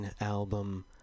album